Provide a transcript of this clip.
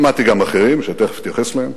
שמעתי גם אחרים, שתיכף אתייחס אליהם.